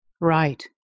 Right